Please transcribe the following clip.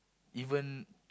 even